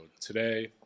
today